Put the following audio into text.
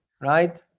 Right